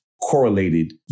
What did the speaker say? correlated